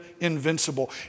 invincible